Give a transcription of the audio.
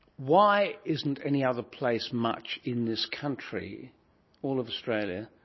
why isn't any other place much in this country all of australia,